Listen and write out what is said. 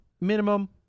minimum